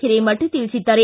ಹಿರೇಮಠ ತಿಳಿಸಿದ್ದಾರೆ